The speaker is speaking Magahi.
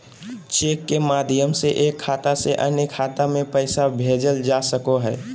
चेक के माध्यम से एक खाता से अन्य खाता में पैसा भेजल जा सको हय